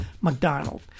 McDonald